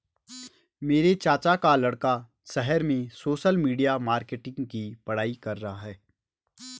मेरे चाचा का लड़का शहर में सोशल मीडिया मार्केटिंग की पढ़ाई कर रहा है